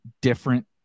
different